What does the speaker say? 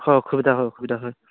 হয় অসুবিধা হয় অসুবিধা হয়